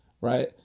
right